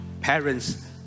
parents